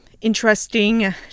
interesting